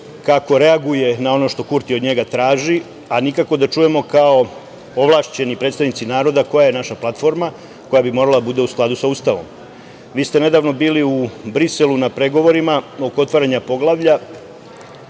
kako reaguje na ono što Kurti od njega traži, a nikako da čujemo kao ovlašćeni predstavnici naroda koja je naša platforma koja bi morala da bude u skladu sa Ustavom. Vi ste nedavno bili u Briselu na pregovorima oko otvaranja poglavlja,